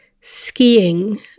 skiing